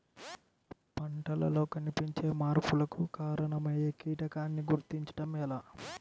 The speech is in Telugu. పంటలలో కనిపించే మార్పులకు కారణమయ్యే కీటకాన్ని గుర్తుంచటం ఎలా?